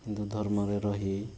ହିନ୍ଦୁ ଧର୍ମରେ ରହି